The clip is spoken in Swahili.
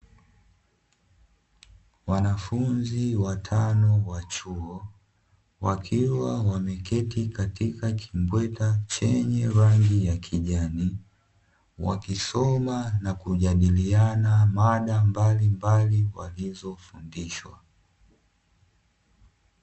Wanafunzi watano wa chuo, wakiwa wameketi katika kimbweta chenye rangi ya kijani. Wakisoma na kujadiliana maada mbalimbali walizofundishwa.